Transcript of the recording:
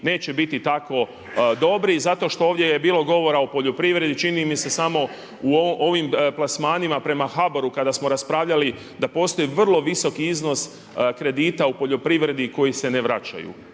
neće biti tako dobri zato što ovdje je bilo govora o poljoprivredi, čini mi se samo u ovim plasmanima prema HBOR-u kada smo raspravljali da postoji vrlo visoki iznos kredita u poljoprivredi koji se ne vraćaju,